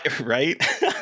Right